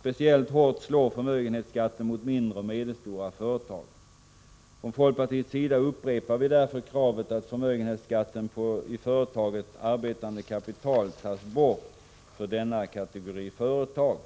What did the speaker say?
Speciellt hårt slår förmögenhetsskatten mot mindre och medelstora företag. Från folkpartiets sida upprepar vi därför kravet att förmögenhetsskatten på i företaget arbetande kapital tas bort för denna kategori företag.